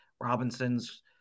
Robinsons